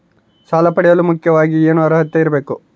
ಸಾಲ ಪಡೆಯಲು ಮುಖ್ಯವಾಗಿ ಏನು ಅರ್ಹತೆ ಇರಬೇಕು?